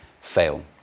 fail